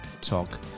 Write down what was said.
talk